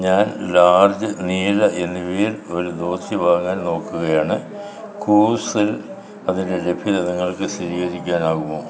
ഞാൻ ലാർജ് നീല എന്നിവയിൽ ഒരു ധോതി വാങ്ങാൻ നോക്കുകയാണ് കൂവ്സിൽ അതിൻ്റെ ലഭ്യത നിങ്ങൾക്ക് സ്ഥിതീകരിക്കാനാകുമോ